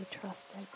trusted